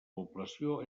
població